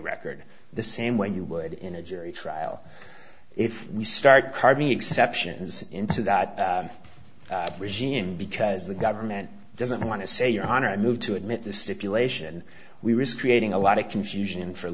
record the same way you would in a jury trial if you start carving exceptions into that regime because the government doesn't want to say your honor i move to admit this stipulation we risk creating a lot of confusion for